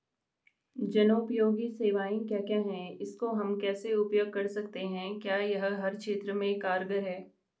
जनोपयोगी सेवाएं क्या क्या हैं इसको हम कैसे उपयोग कर सकते हैं क्या यह हर क्षेत्र में कारगर है?